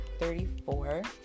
34